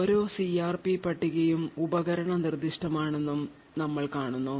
ഓരോ സിആർപി പട്ടികയും ഉപകരണ നിർദ്ദിഷ്ടമാണെന്നും ഞങ്ങൾ കാണുന്നു